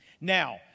Now